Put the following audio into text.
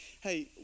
hey